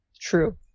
True